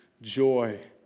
joy